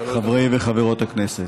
חברי וחברות הכנסת,